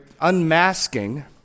unmasking